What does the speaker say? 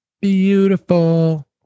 beautiful